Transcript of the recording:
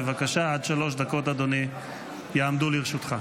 בבקשה, עד שלוש דקות יעמדו לרשותך,